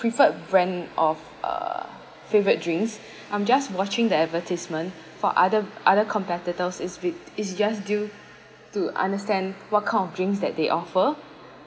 preferred brand of uh favourite drinks I'm just watching the advertisement for other other competitors is is just due to understand what kind of drinks that they offer